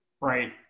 Right